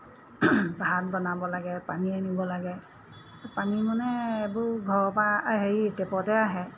ভাত বনাব লাগে পানী আনিব লাগে পানী মানে এইবোৰ ঘৰৰপৰা হেৰি টেপতে আহে